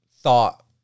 thought